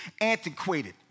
antiquated